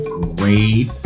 great